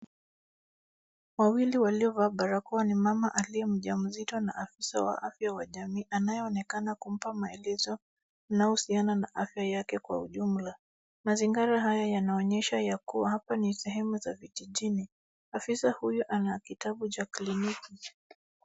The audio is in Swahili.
Wawili waliovaa barakoa ni mama aliye mjamzito na afisa wa afya wa jamii anayeonekana kumpa maelezo unaohusiana na afya yake kwa ujumla. Mazingira haya yanaonyesha yakuwa hapa ni sehemu za vijijini .Afisa huyu ana kitabu cha kliniki.